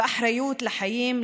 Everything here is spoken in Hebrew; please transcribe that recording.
ואחריות לחיים,